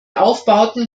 aufbauten